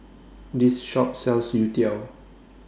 This Shop sells Youtiao